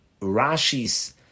Rashi's